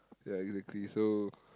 ya exactly so